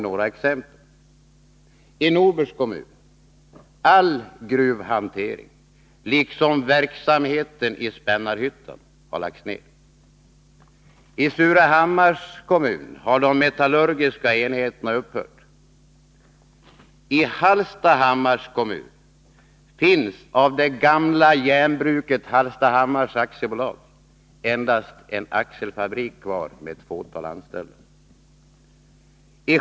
Några exempel: I Hallstahammars kommun finns av det gamla järnbruket Hallstahammars AB endast en axelfabrik med ett fåtal anställda kvar.